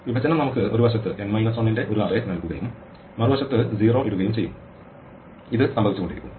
വിഭജനം നമുക്ക് ഒരു വശത്ത് n മൈനസ് 1 ന്റെ ഒരു അറേ നൽകുകയും മറുവശത്ത് 0 ഇടുകയും ചെയ്യും ഇത് സംഭവിച്ചുകൊണ്ടിരിക്കും